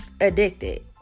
addicted